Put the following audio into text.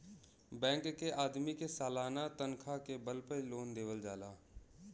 bank के आदमी के सालाना तनखा के बल पे लोन देवल जाला